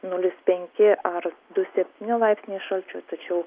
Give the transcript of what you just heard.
nulis penki ar du septyni laipsniai šalčio tačiau